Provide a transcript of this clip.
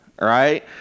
right